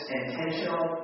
intentional